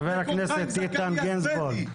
חבר הכנסת איתן גינזבורג.